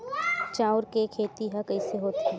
चांउर के खेती ह कइसे होथे?